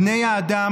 בני האדם,